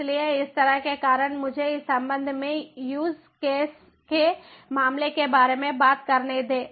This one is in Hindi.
इसलिए इस तरह के कारण मुझे इस संबंध में यूज केस के मामले के बारे में बात करने दें